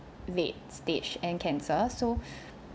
late stage and cancer so